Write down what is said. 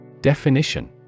Definition